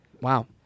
Wow